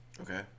Okay